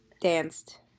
danced